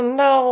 no